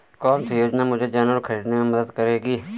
कौन सी योजना मुझे जानवर ख़रीदने में मदद करेगी?